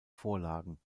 vorlagen